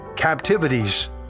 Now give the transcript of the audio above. captivities